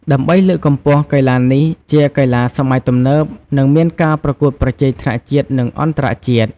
ដើម្បីលើកកម្ពស់កីឡានេះជាកីឡាសម័យទំនើប និងមានការប្រកួតប្រជែងថ្នាក់ជាតិ និងអន្តរជាតិ។